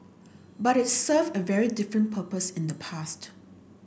but it served a very different purpose in the past